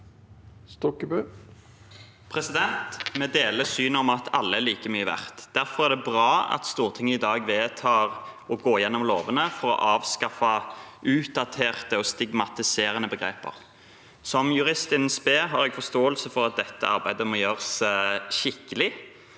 Vi deler synet om at alle er like mye verdt. Derfor er det bra at Stortinget i dag vedtar å gå gjennom lovene for å avskaffe utdaterte og stigmatiserende begreper. Som jurist in spe har jeg forståelse for at dette arbeidet må gjøres skikkelig,